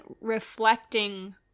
reflecting